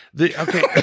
Okay